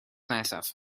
nesaf